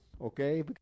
okay